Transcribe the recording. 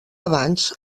abans